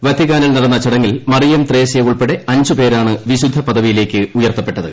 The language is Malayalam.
വത്തിക്കാനിൽ നടന്ന ചടങ്ങിൽ മറിയം ത്രേസ്യ ഉൾപ്പെടെ അഞ്ച് പേരാണ് വിശുദ്ധ പദവിയിലേക്ക് ഉയർത്തപ്പെട്ടത്